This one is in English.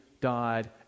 died